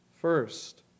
First